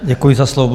Děkuji za slovo.